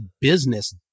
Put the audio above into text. business